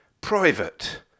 Private